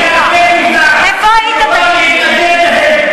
ולכן, איפה היית בשבוע שעבר?